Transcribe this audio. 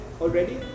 already